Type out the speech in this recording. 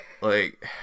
Like-